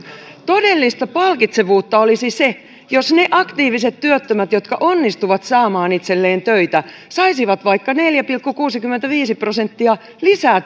todellista palkitsevuutta olisi se jos ne aktiiviset työttömät jotka onnistuvat saamaan itselleen töitä saisivat vaikka neljä pilkku kuusikymmentäviisi prosenttia lisää